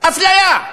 אפליה.